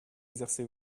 exercez